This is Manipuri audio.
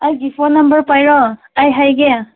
ꯑꯩꯒꯤ ꯐꯣꯟ ꯅꯝꯕꯔ ꯄꯥꯏꯔꯣ ꯑꯩ ꯍꯥꯏꯒꯦ